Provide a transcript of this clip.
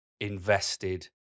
invested